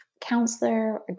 counselor